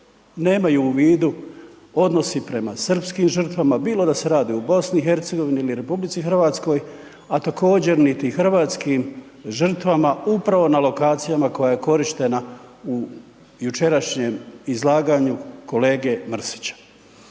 nemaju u vidu, odnosi prema srpskim žrtvama, bilo da se radi o BiH ili RH, a također niti hrvatskim žrtvama upravo na lokacijama koja je korištena u jučerašnjem izlaganju kolege Mrsića.